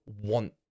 want